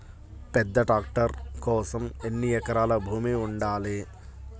పెద్ద ట్రాక్టర్ కోసం ఎన్ని ఎకరాల భూమి ఉండాలి?